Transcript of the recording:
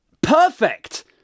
perfect